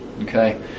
Okay